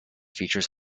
features